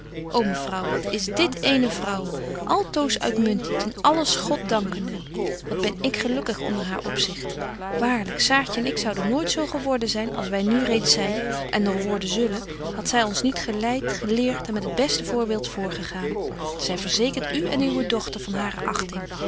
ô mevrouw wat is dit eene vrouw altoos uitmuntent in alles god dankende wat ben ik gelukkig onder haar opzicht waarlyk saartje en ik zouden nooit zo geworden zyn als wy nu reeds zyn en nog worden zullen hadt zy ons niet geleit geleert en met het beste voorbeeld voorgegaan zy verzekert betje wolff en aagje deken historie van mejuffrouw sara burgerhart u en uwe dochter van hare achting